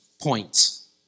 points